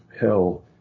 hell